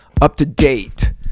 up-to-date